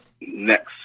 next